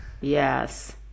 Yes